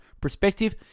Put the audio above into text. perspective